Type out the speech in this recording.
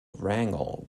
wrangle